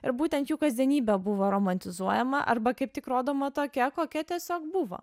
ir būtent jų kasdienybė buvo romantizuojama arba kaip tik rodoma tokia kokia tiesiog buvo